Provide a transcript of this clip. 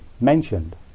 mentioned